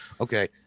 okay